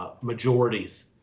majorities